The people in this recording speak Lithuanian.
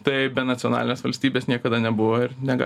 tai be nacionalinės valstybės niekada nebuvo ir nega